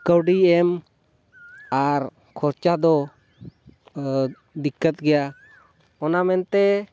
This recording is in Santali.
ᱠᱟᱹᱣᱰᱤ ᱮᱢ ᱟᱨ ᱠᱷᱚᱨᱪᱟ ᱫᱚ ᱫᱤᱠᱠᱟᱹᱛ ᱜᱮᱭᱟ ᱚᱱᱟ ᱢᱮᱱᱛᱮ